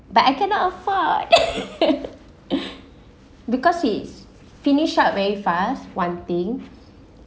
but I cannot afford because he's finished up very fast [one] thing